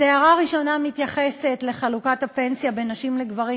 אז ההערה הראשונה מתייחסת לחלוקת הפנסיה בין נשים לגברים,